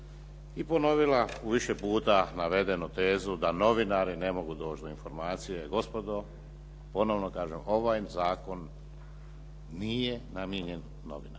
i ponovila više puta navedenu tezu da novinari ne mogu doći do informacije. Gospodo, ponovno kažem, ovaj zakon nije namijenjen novinarima.